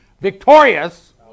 victorious